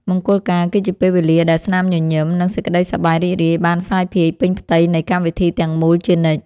មង្គលការ គឺជាពេលវេលាដែលស្នាមញញឹម និងសេចក្តីសប្បាយរីករាយបានសាយភាយពេញផ្ទៃនៃកម្មវិធីទាំងមូលជានិច្ច។